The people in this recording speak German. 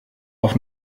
auf